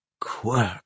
quirk